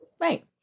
Right